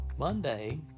Monday